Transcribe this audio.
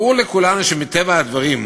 ברור לכולם שמטבע הדברים,